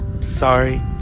sorry